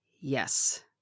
Yes